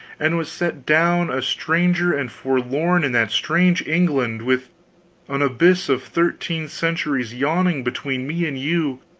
and was set down, a stranger and forlorn in that strange england, with an abyss of thirteen centuries yawning between me and you!